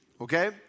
okay